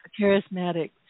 charismatic